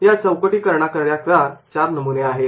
या चौकटी करण्यासाठी चार नमुने आहेत